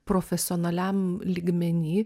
profesionaliam lygmeny